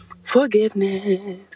Forgiveness